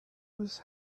was